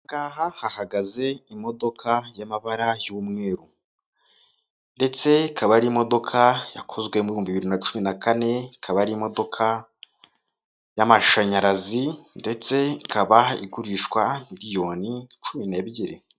Aha ngaha hahagaze imodoka y'amabara y'umweru, ndetse ikaba ari imodoka yakozwe mu bihumbi bibiri n'acumi n'akane, ikaba ari imodoka y'amashanyarazi ndetse ikaba igurishwa miliyoni cumi n'ebyiri.